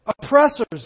oppressors